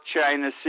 China